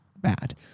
bad